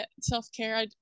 self-care